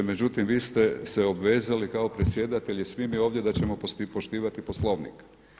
Međutim, vi ste se obvezali kao predsjedatelj i svi mi ovdje da ćemo poštivati Poslovnik.